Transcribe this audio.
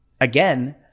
again